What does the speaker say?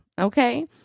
Okay